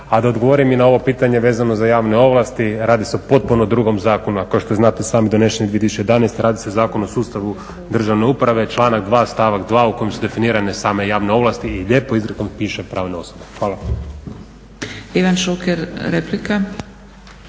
A da odgovorim i na ovo pitanje vezano za javne ovlasti. Radi se o potpuno drugom zakonu, a kao što i znate sami donesen je 2011., radi se o Zakonu o sustavu državne uprave, članak 2. stavak 2. u kojem su definirane same javne ovlasti i lijepo izrekom piše pravne osobe. Hvala. **Zgrebec, Dragica